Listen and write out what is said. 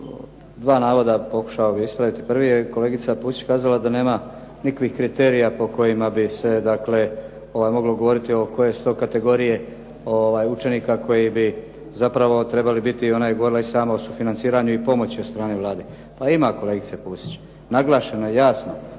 dva navoda pokušao ispraviti. Prvi je kolegica Pusić kazala da nema nikakvih kriterija po kojima bi se dakle moglo govoriti koje su to kategorije učenika koje bi zapravo trebale biti i ona je govorila sama o sufinanciranju i pomoći od strane Vlade. Pa ima, kolegice Pusić, naglašeno je jasno